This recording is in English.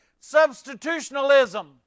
substitutionalism